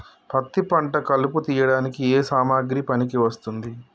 పత్తి పంట కలుపు తీయడానికి ఏ సామాగ్రి పనికి వస్తుంది?